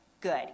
good